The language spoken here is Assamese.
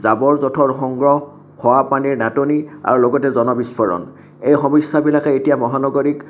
জাৱৰ জোথৰ সংগ্ৰহ খোৱাপানীৰ নাটনি আৰু লগতে জন বিস্ফোৰণ এই সমস্যাবিলাকে এতিয়া মহানগৰীক